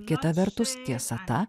kita vertus tiesa ta